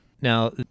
Now